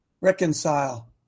Reconcile